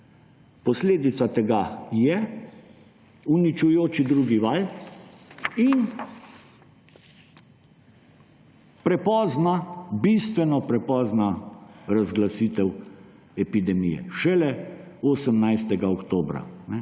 Posledica tega je uničujoči drugi val in prepozna, bistveno prepozna razglasitev epidemije, šele 18. oktobra.